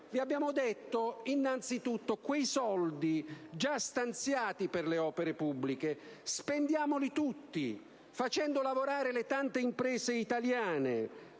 vi abbiamo detto: quei soldi già stanziati per le opere pubbliche, spendiamoli tutti facendo lavorare le tante imprese italiane,